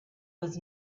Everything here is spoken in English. was